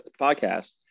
podcast